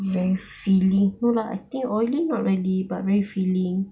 very filling no lah I think oily not really but very filling